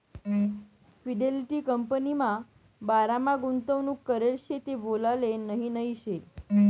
Fidelity कंपनीमा बारामा गुंतवणूक करेल शे ते बोलाले नही नही शे